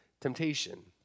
temptation